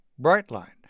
Brightline